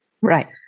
Right